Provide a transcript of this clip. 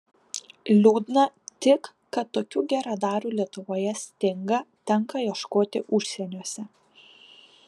liūdna tik kad tokių geradarių lietuvoje stinga tenka ieškoti užsieniuose